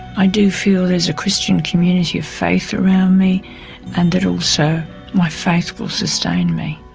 i do feel there's a christian community of faith around me and that also my faith will sustain me.